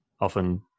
often